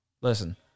Listen